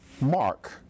Mark